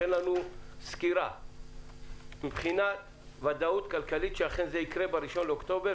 שתיתן לנו סקירה מבחינת ודאות כלכלית שאכן זה יקרה בראשון לאוקטובר,